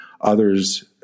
Others